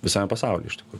visame pasauly iš tikrų